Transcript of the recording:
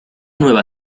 nueva